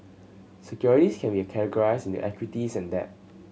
securities can be categorized in the equities and debt